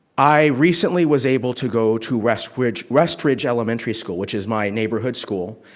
i recently was able to go to westridge westridge elementary school, which is my neighborhood school.